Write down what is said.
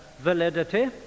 validity